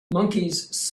monkeys